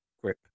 grip